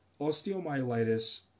osteomyelitis